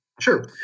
Sure